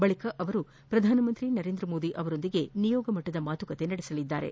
ಬಳಿಕ ಅವರು ಪ್ರಧಾನಮಂತ್ರಿ ನರೇಂದ್ರ ಮೋದಿ ಅವರೊಂದಿಗೆ ನಿಯೋಗಮಟ್ಟದ ಮಾತುಕತೆ ನಡೆಸಲಿದ್ದಾರೆ